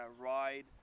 ride